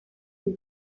die